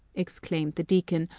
exclaimed the deacon,